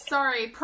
Sorry